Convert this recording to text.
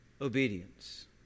Obedience